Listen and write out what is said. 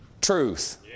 Truth